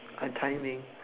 I timing